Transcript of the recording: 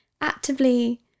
actively